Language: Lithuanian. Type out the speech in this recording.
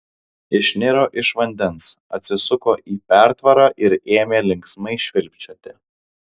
išniro iš vandens atsisuko į pertvarą ir ėmė linksmai švilpčioti